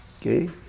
Okay